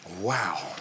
Wow